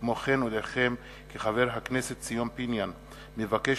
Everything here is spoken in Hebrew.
כמו כן אודיעכם כי חבר הכנסת ציון פיניאן מבקש